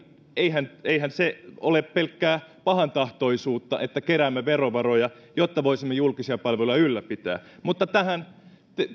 eihän eihän se ole pelkkää pahantahtoisuutta että keräämme verovaroja jotta voisimme julkisia palveluja ylläpitää mutta